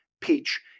peach